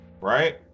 right